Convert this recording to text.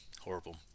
Horrible